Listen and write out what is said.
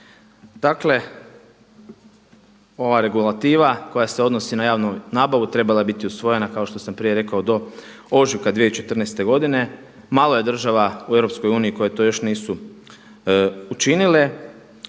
Dakle, ova regulativa koja se odnosi na javnu nabavu treba je biti usvojena, kao što sam prije rekao, do ožujka 2014. godine, malo je država u EU koje to još nisu učinile